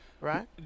Right